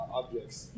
objects